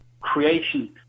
creation